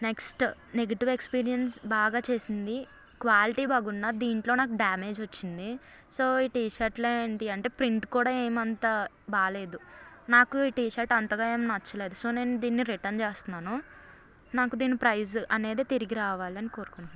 next negative experience బాగా చేసింది quality బాగున్నా దీంట్లో నాకు డ్యామేజ్ వచ్చింది సో ఈ టీ షర్ట్లో ఏంటి అంటే ప్రింట్ కూడా ఏమంత బాలేదు నాకు ఈ టీ షర్ట్ అంతగా ఏమి నచ్చలేదు సో దీన్ని నేను రిటర్న్ చేస్తున్నాను నాకు దీని ప్రైస్ అనేది తిరిగి రావాలని కోరుకుంటున్నాను